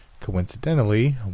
coincidentally